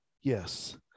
Yes